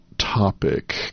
Topic